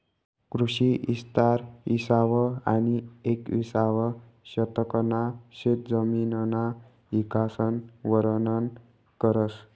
कृषी इस्तार इसावं आनी येकविसावं शतकना शेतजमिनना इकासन वरनन करस